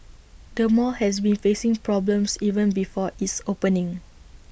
the mall has been facing problems even before its opening